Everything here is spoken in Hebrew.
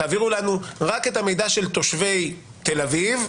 תעבירו לנו רק את המידע של תושבי תל אביב,